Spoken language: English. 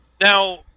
Now